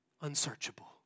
Unsearchable